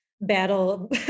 battle